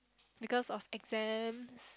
because of exams